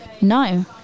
No